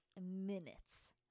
minutes